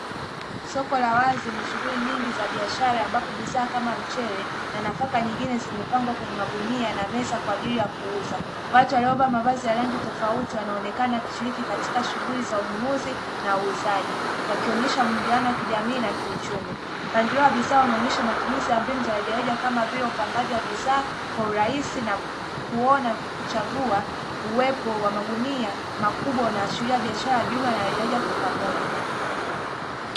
Soko la wazi lenye shughuli nyingi za biashara, ambapo bidhaa kama; mchele na nafaka nyingine zimepangwa kwenye magunia na Meza kwa ajili ya kuuza, watu waliovaa mavazi ya rangi tofauti wanaonekana wakishiriki katika shughuli za ununuzi na uuzaji, wakionesha mwingiliano wa kijamii na kiuchumi, mpangilio wa bidhaa unaonesha matumizi ya mbinu za rejareja kama vile upangaji wa bidhaa kwa urahisi na kuona kuchagua, uwepo wa magunia makubwa unaashiria biashara ya jumla na rejareja kwa pamoja.